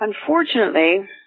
Unfortunately